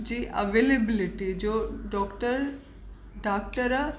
जी availability जो doctor doctor